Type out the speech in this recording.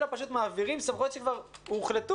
אלא פשוט מעבירים סמכויות שכבר הוחלטו,